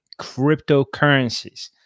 cryptocurrencies